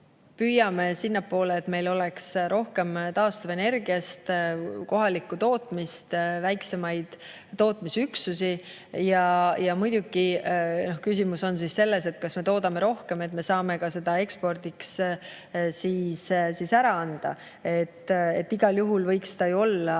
püüame sinnapoole, et meil oleks rohkem taastuvenergiast kohalikku tootmist, väiksemaid tootmisüksusi. Ja muidugi, küsimus on selles, kas me toodame rohkem, nii et me saame seda ka ekspordiks ära anda. Igal juhul võiks võimekus olla